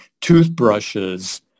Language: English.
toothbrushes